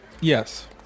Yes